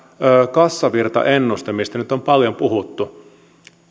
kassavirtaennuste mistä nyt on paljon puhuttu